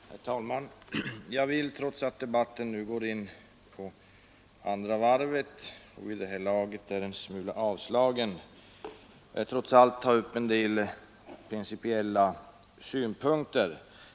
Herr talman! Jag vill, trots att debatten nu går in på andra varvet och vid det här laget är en smula avslagen, ta upp en del principiella synpunkter.